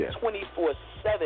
24-7